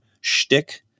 shtick